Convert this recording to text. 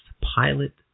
pilot